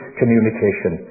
communication